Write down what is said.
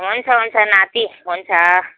हुन्छ हुन्छ नाति हुन्छ